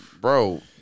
bro